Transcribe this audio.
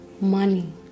money